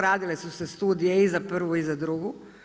Radile su se studije i za prvu i za drugu.